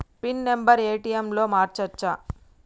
Pin number ATM లో మార్చచ్చా?